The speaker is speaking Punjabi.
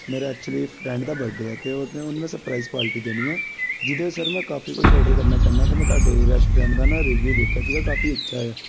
ਮੇਰਾ ਐਕਚੁਲੀ ਫਰੈਂਡ ਦਾ ਬਰਡੇ ਹੈ ਅਤੇ ਉਦ ਉਹਨੂੰ ਮੈਂ ਸਰਪ੍ਰਾਈਸ ਪਾਰਟੀ ਦੇਣੀ ਹੈ ਜਿਹਦੇ ਸਰ ਮੈਂ ਕਾਫ਼ੀ ਕੁਛ ਔਡਰ ਕਰਨਾ ਚਾਹੁੰਦਾ ਅਤੇ ਮੈਂ ਤੁਹਾਡੇ ਰੈਸਟੋਰੈਂਟ ਦਾ ਨਾ ਰਿਵੀਊ ਦੇਖਿਆ ਸੀਗਾ ਕਾਫ਼ੀ ਅੱਛਾ ਆ